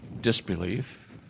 disbelief